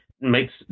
makes